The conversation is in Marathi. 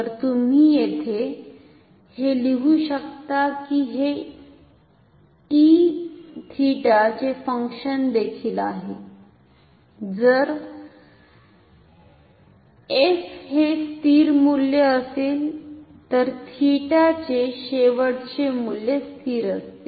तर तुम्ही येथे हे लिहू शकता की हे t 𝜃 चे फंक्शन देखील आहे जर f हे स्थिर मूल्य असेल तर 𝜃 चे शेवटचे मूल्य स्थिर असते